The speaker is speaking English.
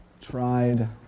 tried